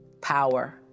power